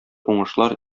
уңышлар